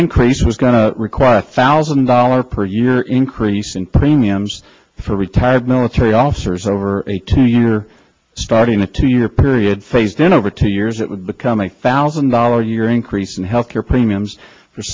increase was going to require a thousand dollars per year increase in premiums for retired military officers over a two year starting a two year period phased in over two years it would become a thousand dollars a year increase in health care premiums for